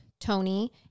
Tony